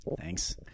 Thanks